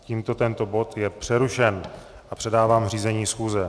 Tímto tento bod je přerušen a předávám řízení schůze.